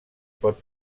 pot